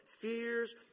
fears